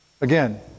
Again